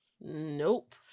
Nope